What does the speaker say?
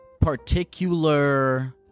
particular